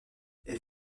elle